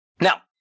Now